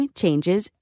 changes